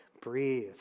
breathe